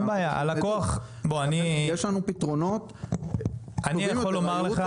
יש לנו פתרונות טובים יותר.